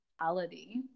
reality